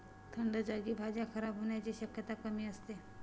थंड जागी भाज्या खराब होण्याची शक्यता कमी असते